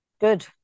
good